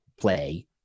play